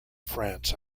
france